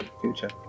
future